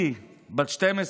לי, בת 12,